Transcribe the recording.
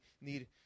need